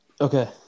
Okay